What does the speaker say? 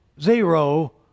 zero